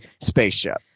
spaceship